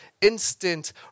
instant